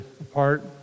apart